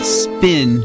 spin